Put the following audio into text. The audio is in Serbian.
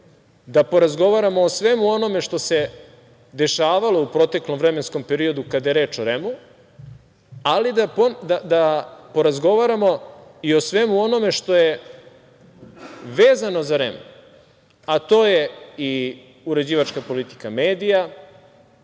da porazgovaramo o svemu onome što se dešavalo u proteklom vremenskom periodu kada je reč o REM-u, ali da porazgovaramo i o svemu onome što je vezano za REM, a to je i uređivačka politika medija,